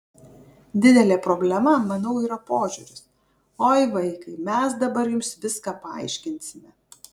didelė problema manau yra požiūris oi vaikai mes dabar jums viską paaiškinsime